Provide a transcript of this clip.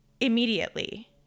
immediately